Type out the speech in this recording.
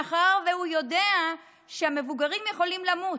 מאחר שהוא יודע שמבוגרים יכולים למות.